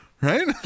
right